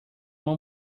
one